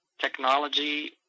technology